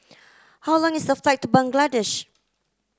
how long is the flight to Bangladesh